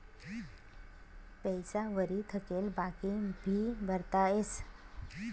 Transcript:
पैसा वरी थकेल बाकी भी भरता येस